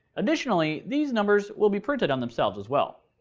additionally, these numbers will be printed on themselves as well.